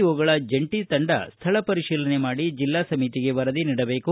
ಓಗಳ ಜಂಟೀ ತಂಡ ಸ್ವಳ ಪರಿಶೀಲನೆ ಮಾಡಿ ಜೆಲ್ಲಾ ಸಮಿತಿಗೆ ವರದಿ ನೀಡಬೇಕು